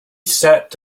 sat